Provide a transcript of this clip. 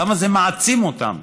כמה זה מעצים אותם.